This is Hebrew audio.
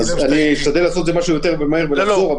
אז אני אשתדל לעשות את זה כמה שיותר מהר ולחזור,